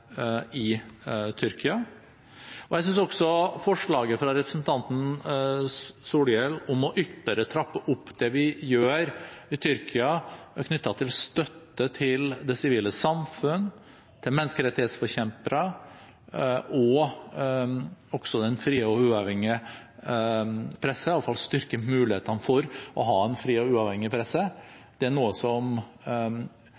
i Tyrkia. Og til forslaget fra representanten Solhjell om ytterligere å trappe opp det vi gjør i Tyrkia knyttet til støtte til det sivile samfunn, til menneskerettighetsforkjempere og også den frie og uavhengige presse – iallfall styrke mulighetene for å ha en fri og uavhengig presse: